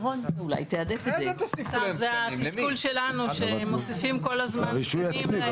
זה התסכול שלנו שמוסיפים כל הזמן תקנים,